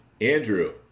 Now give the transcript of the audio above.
andrew